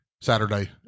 saturday